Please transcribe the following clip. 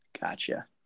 Gotcha